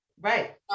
right